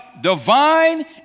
divine